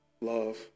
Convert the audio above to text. love